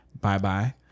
Bye-bye